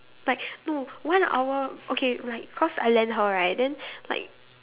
like no when our okay like cause I lend her right then like